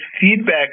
feedback